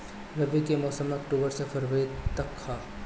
रबी के मौसम अक्टूबर से फ़रवरी तक ह